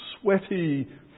sweaty